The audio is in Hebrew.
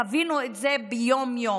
חווינו את זה ביום-יום.